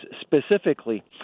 specifically